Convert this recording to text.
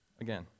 Again